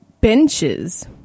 benches